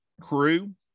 crew